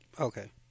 Okay